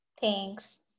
thanks